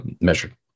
measured